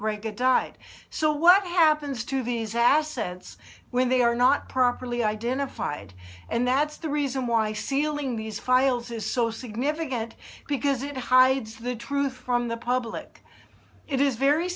great died so what happens to these assets when they are not properly identified and that's the reason why sealing these files is so significant because it hides the truth from the public it is very